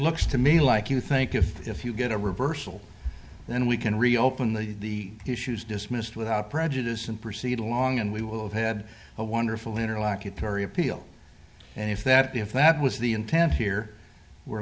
looks to me like you think if you get a reversal then we can reopen the issues dismissed without prejudice and proceed along and we will have had a wonderful interlocutory appeal and if that if that was the intent here we